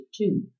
two